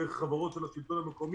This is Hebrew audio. דרך חברות של השלטון המקומי.